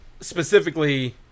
Specifically